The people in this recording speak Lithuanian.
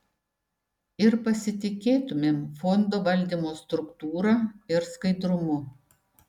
ir pasitikėtumėm fondo valdymo struktūra ir skaidrumu